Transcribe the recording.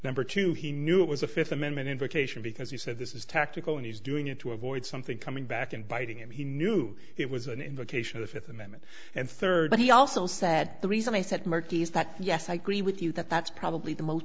number two he knew it was a fifth amendment invocation because he said this is tactical and he's doing it to avoid something coming back and biting him he knew it was an indication of the fifth amendment and third but he also said the reason i said mark is that yes i agree with you that that's probably the most